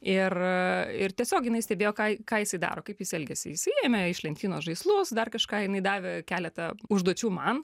ir ir tiesiog jinai stebėjo ką ką jisai daro kaip jis elgiasi jisai ėmė iš lentynos žaislus dar kažką jinai davė keletą užduočių man